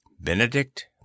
Benedict